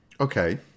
Okay